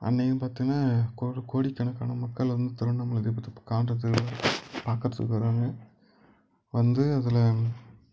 அன்னைக்குன்னு பார்த்திங்கன்னா கோடி கோடிக்கணக்கான மக்கள் வந்து திருவண்ணாமலை தீபத்தை காண்பதுக்கு பாக்கிறதுக்கு வர்றாங்க வந்து அதில்